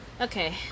Okay